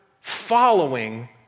following